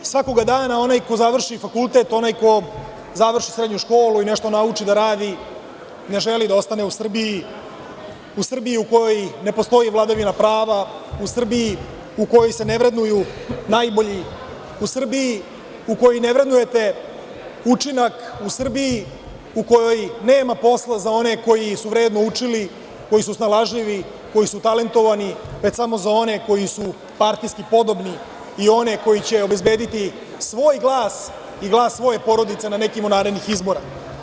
Svakog dana onaj ko završi fakultet, onaj ko završi srednju školu i nešto nauči da radi ne želi da ostane u Srbiji, u Srbiji u kojoj ne postoji vladavina prava, u Srbiji u kojoj se ne vrednuju najbolji, u Srbiji u kojoj ne vrednujete učinak, u Srbiji u kojoj nema posla za one koji su vredno učili, koji su snalažljivi, koji su talentovani, već samo za one koji su partijski podobni i one koji će obezbediti svoj glas i glas svoje porodice na nekim narednih izbora.